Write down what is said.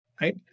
Right